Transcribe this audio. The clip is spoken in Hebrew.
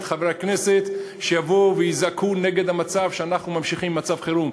את חברי הכנסת שיבואו ויזעקו נגד המצב שאנחנו ממשיכים עם מצב חירום,